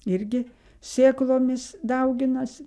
irgi sėklomis dauginasi